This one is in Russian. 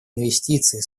инвестиции